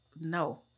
no